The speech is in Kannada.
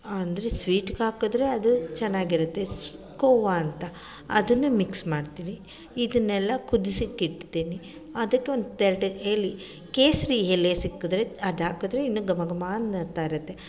ಅಂದರೆ ಸ್ವೀಟಿಗೆ ಹಾಕಿದ್ರೆ ಅದು ಚೆನ್ನಾಗಿರುತ್ತೆ ಸ್ ಕೋವಾ ಅಂತ ಅದನ್ನು ಮಿಕ್ಸ್ ಮಾಡ್ತೀನಿ ಇದನ್ನೆಲ್ಲ ಕುದಿಸೋಕೆ ಇಡ್ತೀನಿ ಅದಕ್ಕೆ ಒಂದು ಎಲೆ ಕೇಸರಿ ಎಲೆ ಸಿಕ್ಕಿದರೆ ಅದು ಹಾಕಿದ್ರೆ ಇನ್ನೂ ಘಮ ಘಮ ಅನ್ನುತ್ತಾ ಇರುತ್ತೆ